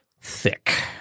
thick